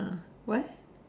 ah where